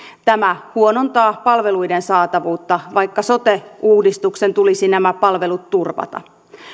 tämä huonontaa palveluiden saatavuutta vaikka sote uudistuksen tulisi nämä palvelut turvata